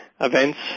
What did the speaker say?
events